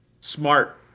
smart